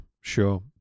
sure